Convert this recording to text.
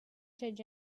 change